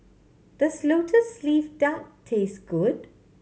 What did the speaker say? does Lotus Leaf Duck taste good